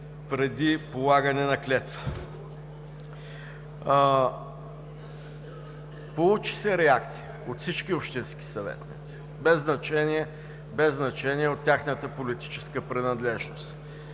преди полагане на клетва. Получи се реакция от всички общински съветници, без значение от тяхната политическа принадлежност.